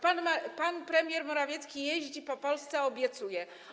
Pan premier Morawiecki jeździ po Polsce, obiecuje.